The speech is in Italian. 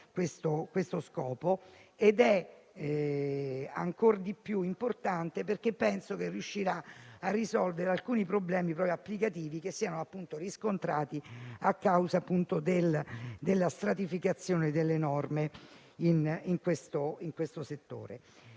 ed è ancor più importante perché riuscirà a risolvere alcuni problemi applicativi che si sono riscontrati a causa della stratificazione delle norme in questo settore.